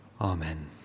Amen